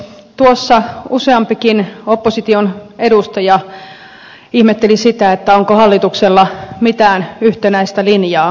tuossa useampikin opposition edustaja ihmetteli sitä onko hallituksella mitään yhtenäistä linjaa